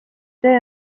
töö